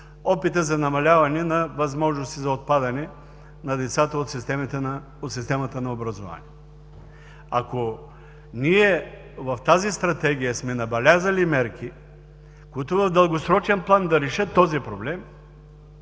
опита за намаляване на възможности за отпадане на децата от системата на образованието. Ако ние в тази Стратегия сме набелязали мерки, които в дългосрочен план да решат този проблем,